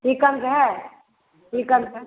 चिकनसे हए चीकनसब